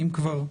אם כבר.